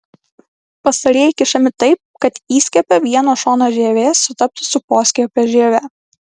pastarieji kišami taip kad įskiepio vieno šono žievė sutaptų su poskiepio žieve